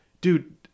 Dude